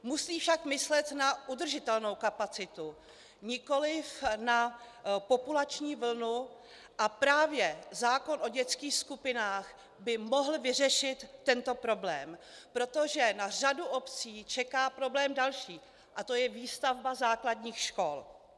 Musí však myslet na udržitelnou kapacitu, nikoli na populační vlnu, a právě zákon o dětských skupinách by mohl vyřešit tento problém, protože na řadu obcí čeká problém další a to je výstavba základních škol.